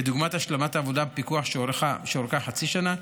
כדוגמת השלמת העבודה בפיקוח, שאורכה חצי שנה,